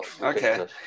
Okay